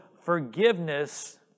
forgiveness